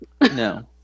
No